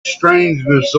strangeness